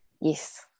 yes